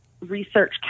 Research